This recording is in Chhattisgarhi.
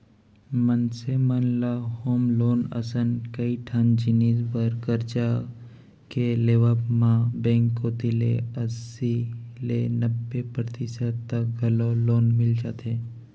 मनसे मन ल होम लोन असन कइ ठन जिनिस बर करजा के लेवब म बेंक कोती ले अस्सी ले नब्बे परतिसत तक घलौ लोन मिल जाथे